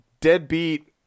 deadbeat